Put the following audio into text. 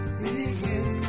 begin